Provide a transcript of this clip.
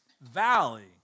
valley